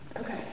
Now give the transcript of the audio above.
Okay